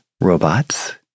robots